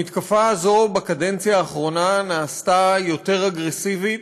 המתקפה הזאת בקדנציה האחרונה נעשתה יותר אגרסיבית,